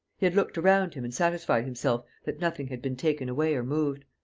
he had looked around him and satisfied himself that nothing had been taken away or moved.